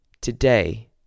today